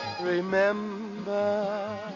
Remember